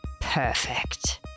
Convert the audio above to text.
Perfect